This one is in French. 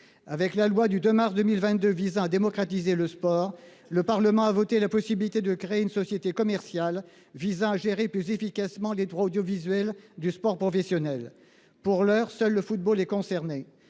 Avec la loi du 2 mars 2022, visant à démocratiser le sport. Le Parlement a voté la possibilité de créer une société commerciale visant à gérer plus efficacement des droits audiovisuels du sport professionnel. Pour l'heure seul le football est. Il serait